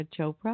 Chopra